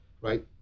right